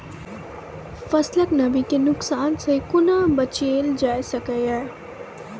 फसलक नमी के नुकसान सॅ कुना बचैल जाय सकै ये?